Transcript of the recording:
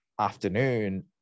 afternoon